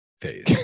phase